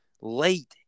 late